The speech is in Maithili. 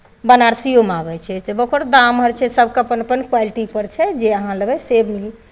बनारसिओमे आबै छै तऽ ओकर दाम हर चीज सभके अपन अपन क्वालिटीपर छै जे अहाँ लेबै से मिल